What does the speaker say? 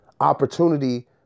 opportunity